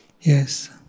Yes